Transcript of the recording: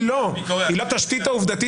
היא עילת ביקורת עצמית.